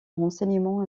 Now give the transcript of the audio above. renseignement